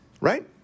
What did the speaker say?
right